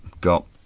Got